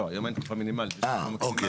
לא, היום אין תקופה מינימלית, יש תקופה מקסימלית.